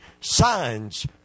signs